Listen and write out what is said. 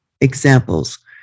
examples